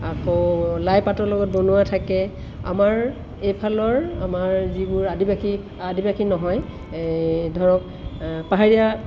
আকৌ লাইপাতৰ লগত বনোৱা থাকে আমাৰ এইফালৰ আমাৰ যিবোৰ আদিবাসী আদিবাসী নহয় এই ধৰক পাহাৰীয়া